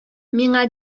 миңа